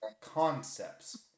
concepts